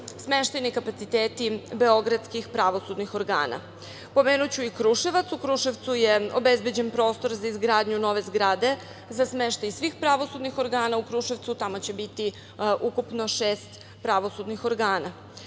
smeštajni kapaciteti beogradskih pravosudnih organa. Pomenuću i Kruševac. U Kruševcu je obezbeđen prostor za izgradnju nove zgrade za smeštaj svih pravosudnih organa u Kruševcu. Tamo će biti ukupno šest pravosudnih